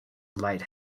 light